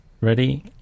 Ready